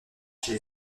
chez